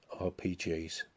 rpgs